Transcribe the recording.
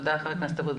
תודה רבה ח"כ אבוטבול.